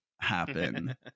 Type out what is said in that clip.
happen